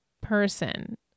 person